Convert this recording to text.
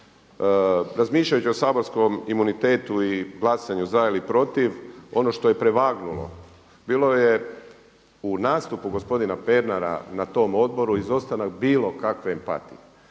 Razmišljajući o saborskom imunitetu i glasanju za ili protiv ono što je prevagnulo bilo je u nastupu gospodina Pernara na tom odboru izostanak bilo kakve empatije.